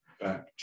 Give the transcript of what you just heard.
Back